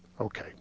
Okay